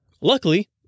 Luckily